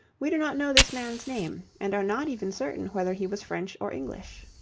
we do not know this man's name, and are not even certain whether he was french or english.